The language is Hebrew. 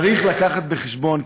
צריך להביא בחשבון,